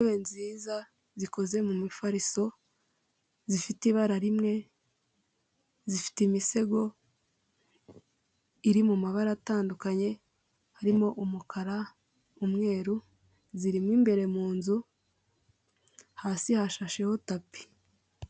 Intebe nziza zikoze mu mifariso zifite ibara rimwe zifite imisego iri mu mabara atandukanye harimo umukara umweru zirimo imbere mu inzu hasi hashasheho tapi.